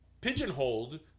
pigeonholed